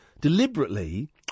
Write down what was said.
deliberately